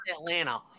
Atlanta